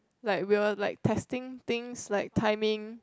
like we're like testing things like timing